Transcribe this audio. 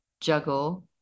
juggle